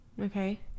Okay